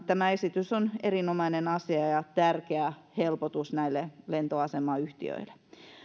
tämä esitys on erinomainen asia ja tärkeä helpotus näille lentoasemayhtiöille